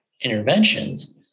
interventions